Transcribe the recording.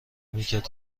میکرد